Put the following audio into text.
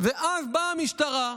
ואז באה המשטרה,